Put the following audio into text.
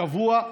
שבוע,